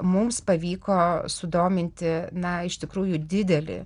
mums pavyko sudominti na iš tikrųjų didelį